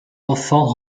enfants